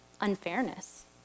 unfairness